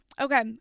okay